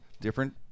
different